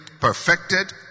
perfected